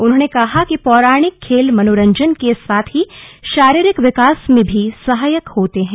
उन्होंने कहा कि पौराणिक खेल मनोरंजन के साथ ही शारीरिक विकास में भी सहायक होते हैं